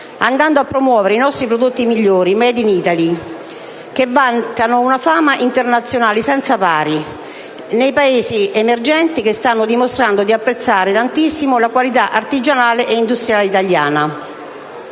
andando a promuovere i nostri prodotti migliori made in Italy, che vantano una fama internazionale senza pari nei Paesi emergenti, che stanno dimostrando di apprezzare tantissimo la qualita artigianale e industriale italiana.